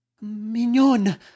Mignon